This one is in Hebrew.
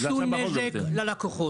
עשו נזק ללקוחות.